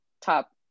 top